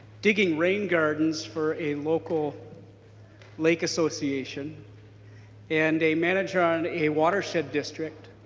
digging rain gardens for a local lake association and a manager on a watershed district.